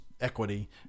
equity